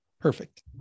perfect